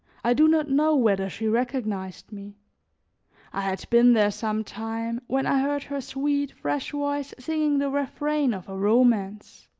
i do not know whether she recognized me i had been there some time when i heard her sweet, fresh voice singing the refrain of a romance,